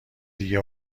دیگه